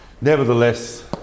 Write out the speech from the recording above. Nevertheless